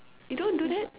you don't do that